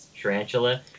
Tarantula